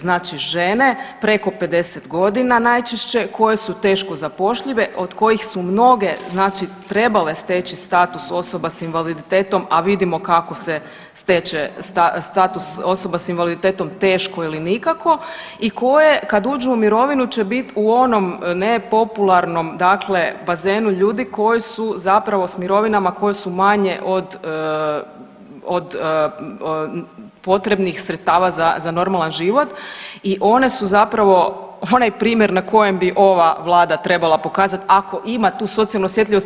Znači žene preko 50 godina najčešće koje su teško zapošljive od kojih su mnoge trebale steći status osoba s invaliditetom, a vidimo kako se steče status osobe s invaliditetom, teško ili nikako i koje kad uđu u mirovinu će bit u onom ne popularnom bazenu ljudi koji su zapravo s mirovinama koje su manje od potrebnih sredstava za normalan život i one su zapravo onaj primjer na kojem bi ova Vlada trebala pokazat ako ima tu socijalnu osjetljivost.